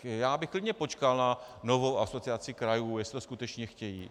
Já bych klidně počkal na novou Asociaci krajů, jestli to skutečně chtějí.